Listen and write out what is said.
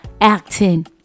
acting